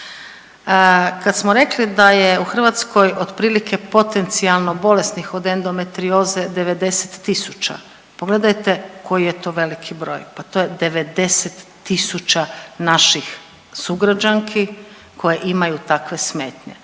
Kad smo rekli da je u Hrvatskoj otprilike potencijalno bolesnih od endometrioze 90.000, pogledajte koji je to veliki broj pa to je 90.000 naših sugrađanki koje imaju takve smetnje.